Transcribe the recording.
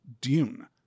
Dune